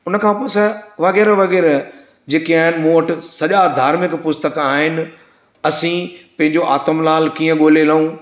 उन खां पोइ स वग़ैरह वग़ैरह जेके आहिनि मूं वटि सॼा धार्मिक पुस्तक आहिनि असीं पंहिंजो आतम लाल कीअं ॻोल्हे रहूं